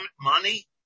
money